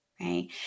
right